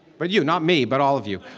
but you, not me, but all of you,